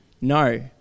No